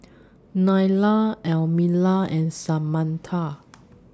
Nylah Elmira and Samatha